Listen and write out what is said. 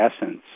essence